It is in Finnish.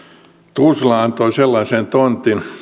tuusula antoi sellaisen tontin